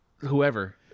Whoever